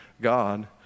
God